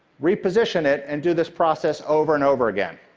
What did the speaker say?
reposition it, and do this process over and over again.